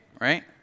right